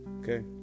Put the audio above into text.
Okay